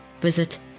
visit